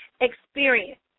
experience